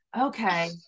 okay